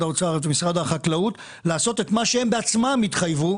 האוצר ואת משרד החקלאות לעשות את מה שהיא בעצמה התחייבה,